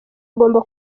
agomba